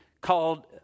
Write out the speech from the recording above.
called